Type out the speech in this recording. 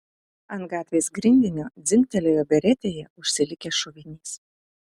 ant gatvės grindinio dzingtelėjo beretėje užsilikęs šovinys